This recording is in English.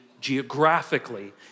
geographically